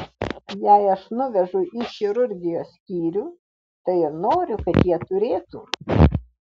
jei aš nuvežu į chirurgijos skyrių tai ir noriu kad jie turėtų